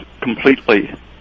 completely